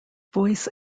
voice